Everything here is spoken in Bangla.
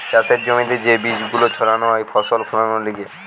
চাষের জমিতে যে বীজ গুলো ছাড়ানো হয় ফসল ফোলানোর লিগে